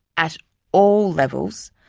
at all levels,